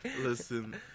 Listen